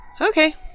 Okay